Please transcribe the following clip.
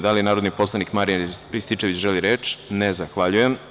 Da li narodni poslanik Marijan Rističević želi reč? (Ne) Zahvaljujem.